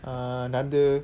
another